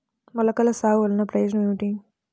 మొలకల సాగు వలన ప్రయోజనం ఏమిటీ?